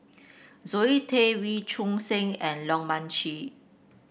Zoe Tay Wee Choon Seng and Leong Mun Chee